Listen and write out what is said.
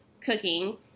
cooking